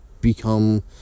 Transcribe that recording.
become